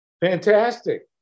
Fantastic